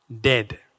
dead